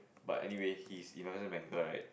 but anyway he's investment banker right